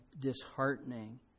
disheartening